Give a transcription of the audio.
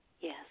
yes